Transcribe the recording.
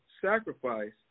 sacrifice